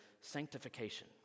sanctification